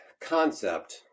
concept